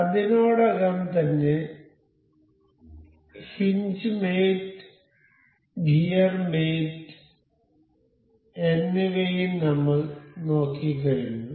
അതിനോടകം തന്നെ hinge mate gear mate എന്നിവയും നമ്മൾ നോക്കിക്കഴിഞ്ഞു